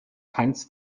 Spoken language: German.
keins